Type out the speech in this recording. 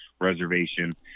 Reservation